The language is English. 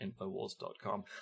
Infowars.com